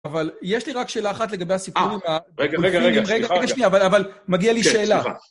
אבל יש לי רק שאלה אחת לגבי הסיפור. רגע, רגע, רגע, סליחה, רגע. אבל מגיע לי שאלה.